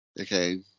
Okay